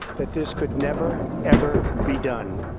that this could never, ever be done.